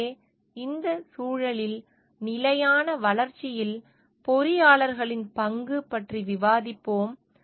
எனவே இந்த சூழலில் நிலையான வளர்ச்சியில் பொறியாளர்களின் பங்கு பற்றி விவாதிப்போம்